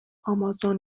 امازون